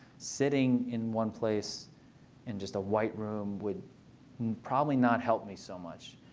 sitting in one place in just a white room would probably not help me so much.